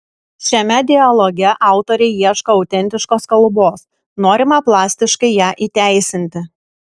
šiame dialoge autoriai ieško autentiškos kalbos norima plastiškai ją įteisinti